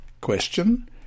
Question